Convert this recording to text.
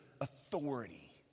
authority